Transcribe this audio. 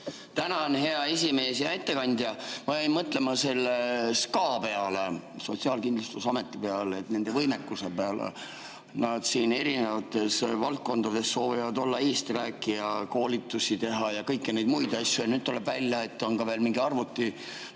Tänan, hea esimees! Hea ettekandja! Ma jäin mõtlema selle SKA peale, Sotsiaalkindlustusameti peale, nende võimekuse peale. Nad siin erinevates valdkondades soovivad olla eesträäkijad, koolitusi teha ja kõiki muid asju ja nüüd tuleb välja, et on veel mingi arvutitarkvara,